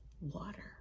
water